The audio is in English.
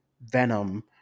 Venom